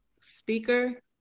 speaker